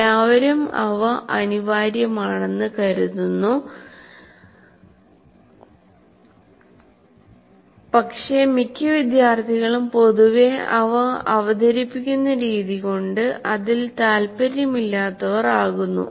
എല്ലാവരും അവ അനിവാര്യമാണെന്ന് കരുതുന്നു പക്ഷേ മിക്ക വിദ്യാർത്ഥികളും പൊതുവെ അവ അവതരിപ്പിക്കുന്ന രീതി കൊണ്ട് അതിൽ താൽപ്പര്യമില്ലാത്തവർ ആകുന്നു